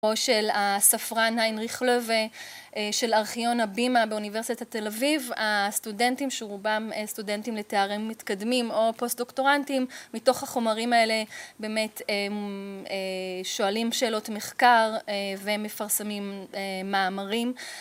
או של הספרן היינריך לווה של ארכיון הבימה באוניברסיטת תל אביב, הסטודנטים שרובם סטודנטים לתארים מתקדמים או פוסט דוקטורנטים, מתוך החומרים האלה באמת שואלים שאלות מחקר ומפרסמים מאמרים